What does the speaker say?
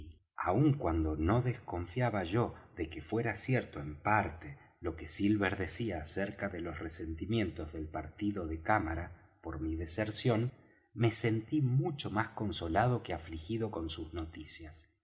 aun cuando no desconfiaba yo de que fuera cierto en parte lo que silver decía acerca de los resentimientos del partido de cámara por mi deserción me sentí mucho más consolado que afligido con sus noticias